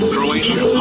Croatia